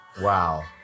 Wow